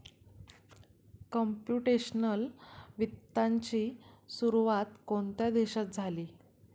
Computational वित्ताची सुरुवात कोणत्या देशात झाली?